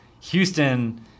Houston